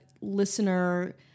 listener